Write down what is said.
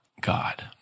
God